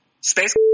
Space